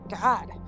God